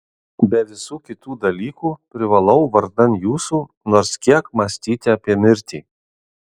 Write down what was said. be visų kitų dalykų privalau vardan jūsų nors kiek mąstyti apie mirtį